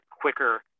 quicker